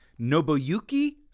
Nobuyuki